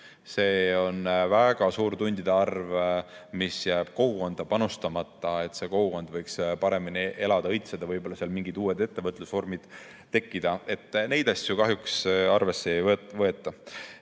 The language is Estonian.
See on väga suur tundide arv, mis jääb kogukonda panustamata, et kogukond võiks paremini elada, õitseda, võib-olla seal mingid uued ettevõtlusvormid tekkida. Neid asju kahjuks arvesse ei võeta.